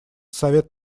совет